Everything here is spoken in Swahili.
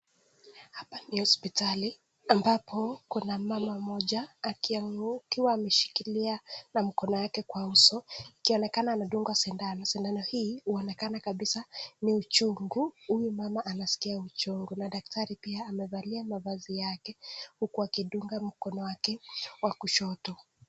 Hapa ni hospitali ambapo kuna mama mmoja akiwemo akiwa ameshikilia na mkono yake kwa uso akionekana anandungwa sindano , sindano hii huonekana kabisa ni uchungu , huyu mama anaskia uchungu na daktari pia amevalia mavazi yake huku akidunga mkono wake wa kushoto.